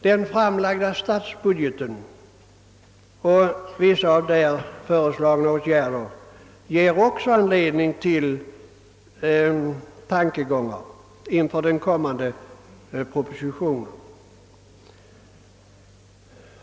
Den framlagda statsbudgeten och vissa där föreslagna åtgärder ger också anledning till en del funderingar inför den väntade propositionen.